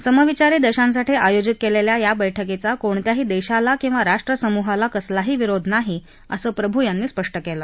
समविचारी देशांसाठी आयोजित केलेल्या या बर्फ्कीचा कोणत्याही देशाला किंवा राष्ट्रसमूहाला कसलाही विरोध नाही असं प्रभू यांनी स्पष्ट केलं